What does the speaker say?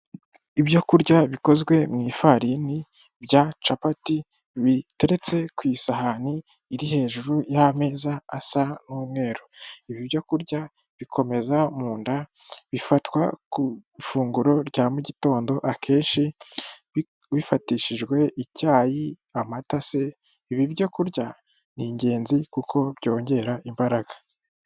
Ibyokurya bikozwe mu ifarini bya capati, biteretse ku isahani iri hejuru y'ameza asa n'umweru, ibi byo kurya bikomeza mu nda bifatwa ku ifunguro rya mu mugitondo, akenshi bifatishijwe icyayi amata se ibi byo kurya ni ingenzi kuko byongera imbaraga.